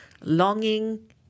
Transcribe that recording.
longing